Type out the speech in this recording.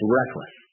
reckless